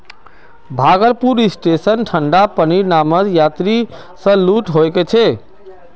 भागलपुर स्टेशनत ठंडा पानीर नामत यात्रि स लूट ह छेक